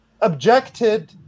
objected